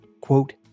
Quote